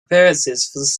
appearances